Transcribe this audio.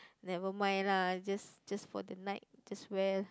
never mind lah just just for the night just wear